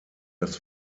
das